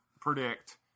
predict